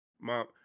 Mom